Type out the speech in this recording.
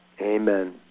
Amen